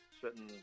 certain